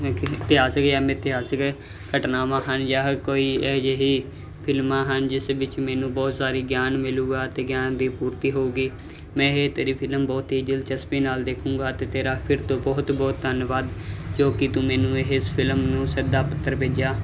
ਇਤਿਹਾਸਿਕ ਯਾਂ ਮਿਥਿਹਾਸਿਕ ਘਟਨਾਵਾਂ ਹਨ ਜਾ ਕੋਈ ਇਹੋ ਜਿਹੀ ਫਿਲਮਾਂ ਹਨ ਜਿਸ ਵਿੱਚ ਮੈਨੂੰ ਬਹੁਤ ਸਾਰੀ ਗਿਆਨ ਮਿਲੂਗਾ ਤੇ ਗਿਆਨ ਦੀ ਪੂਰਤੀ ਹੋਗੀ ਮੈਂ ਇਹ ਤੇਰੀ ਫਿਲਮ ਬਹੁਤ ਹੀ ਦਿਲਚਸਪੀ ਨਾਲ ਦੇਖੂੰਗਾ ਤੇ ਤੇਰਾ ਫਿਰ ਤੋਂ ਬਹੁਤ ਬਹੁਤ ਧੰਨਵਾਦ ਜੋ ਕਿ ਤੂੰ ਮੈਨੂੰ ਇਹ ਫਿਲਮ ਨੂੰ ਸੱਦਾ ਪੱਤਰ ਭੇਜਿਆ